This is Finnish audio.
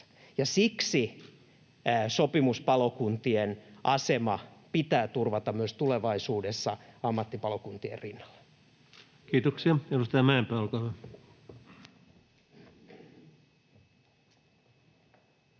Siksi sopimuspalokuntien asema pitää turvata myös tulevaisuudessa ammattipalokuntien rinnalla. [Speech 122] Speaker: